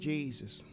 Jesus